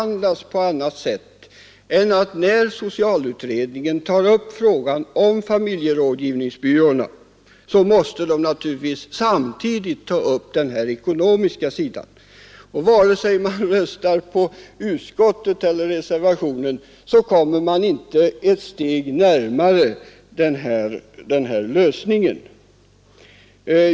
När socialutredningen tar upp frågan om rådgivningsbyråerna måste den naturligtvis samtidigt ta upp den ekonomiska sidan. Vare sig man röstar på utskottets hemställan eller på reservationen kommer man inte ett steg närmare frågans lösning.